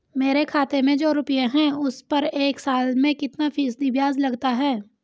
मेरे खाते में जो रुपये हैं उस पर एक साल में कितना फ़ीसदी ब्याज लगता है?